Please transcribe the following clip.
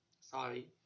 Sorry